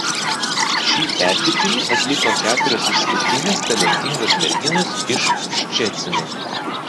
šį perdirbinį atliko keturios išskirtinės talentingos merginos iš ščecino